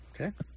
Okay